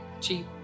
Cheap